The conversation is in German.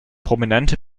prominente